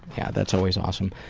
yeah, that's always awesome.